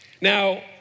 Now